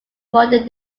modern